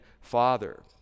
Father